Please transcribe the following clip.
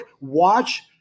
watch